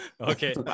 okay